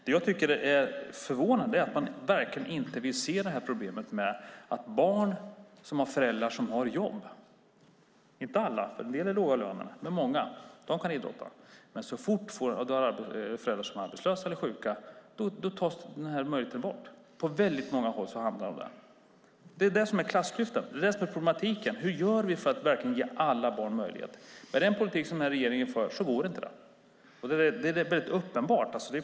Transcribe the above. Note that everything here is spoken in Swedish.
Det som är förvånande är att ni verkligen inte vill se problemet: Barn med föräldrar som har jobb - inte alla, för en del är lågavlönade, men många - kan idrotta, men så fort föräldrarna är arbetslösa eller sjuka tas möjligheten bort. På väldigt många håll hamnar man där. Det är det som är klassklyftan och problematiken. Hur gör vi för att ge alla barn möjligheten? Med den politik som denna regering för går inte det. Det är uppenbart.